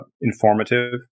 informative